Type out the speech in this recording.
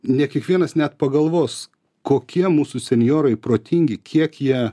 ne kiekvienas net pagalvos kokie mūsų senjorai protingi kiek jie